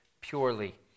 purely